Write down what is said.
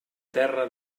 terra